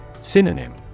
Synonym